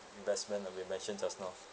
investment that we've mentioned just now